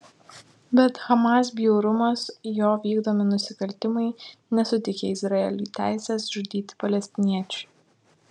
bet hamas bjaurumas jo vykdomi nusikaltimai nesuteikia izraeliui teisės žudyti palestiniečių